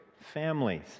Families